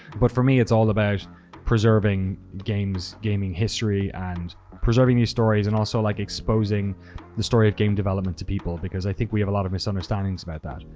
but for me it's all about preserving games, gaming history and preserving these stories, and also, like, exposing the story of game development to because i think we have a lot of misunderstandings about that.